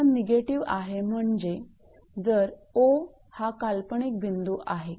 𝑥1 negative आहे म्हणजे जर 𝑂 हा काल्पनिक बिंदू आहे